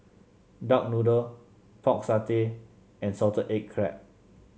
Duck Noodle Pork Satay and Salted Egg Crab